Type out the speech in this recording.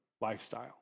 lifestyle